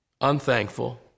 unthankful